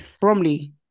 Bromley